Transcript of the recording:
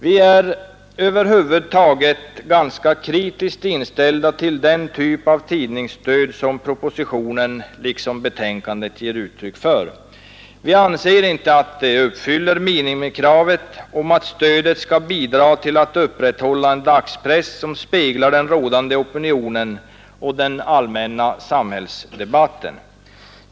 Vi är över huvud taget ganska kritiskt inställda till den typ av tidningsstöd som propositionen liksom betänkandet ger uttryck för. Vi anser inte att det uppfyller minimikravet att stödet skall bidra till att upprätthålla en dagspress som speglar den rådande opinionen och den allmänna samhällsdebatten.